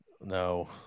No